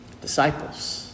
disciples